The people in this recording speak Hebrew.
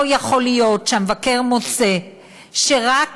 לא יכול להיות שהמבקר מוצא שרק